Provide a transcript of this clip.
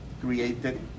created